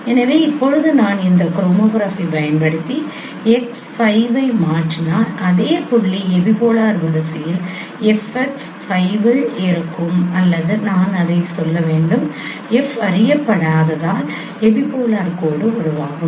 எனவே இப்போது நான் இந்த ஹோமோகிராஃபி பயன்படுத்தி x 5 ஐ மாற்றினால் அதே புள்ளி எபிபோலார் வரிசையில் f x 5இல் இருக்கும் அல்லது நான் அதைச் சொல்ல வேண்டும் F அறியப்படாததால் எபிபோலார் கோடு உருவாகும்